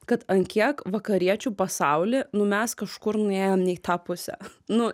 kad an kiek vakariečių pasauly nu mes kažkur nuėjom ne į tą pusę nu